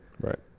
Right